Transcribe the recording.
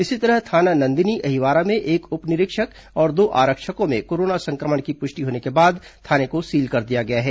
इसी तरह थाना नंदिनी अहिवारा में एक उप निरीक्षक और दो आरक्षकों में कोरोना संक्रमण की पुष्टि होने के बाद थाने को सील कर दिया गया है